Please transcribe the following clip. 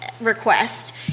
Request